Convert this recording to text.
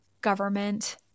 government